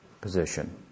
position